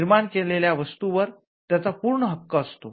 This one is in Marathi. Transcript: निर्माण केलेल्या वस्तू वर् त्याचा पूर्णपणे हक्क असतो